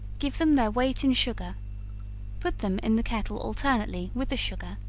give them their weight in sugar put them in the kettle alternately, with the sugar,